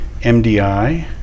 MDI